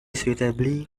suitably